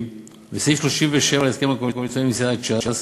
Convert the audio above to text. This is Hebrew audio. וסעיף 37 להסכם הקואליציוני עם סיעת ש"ס,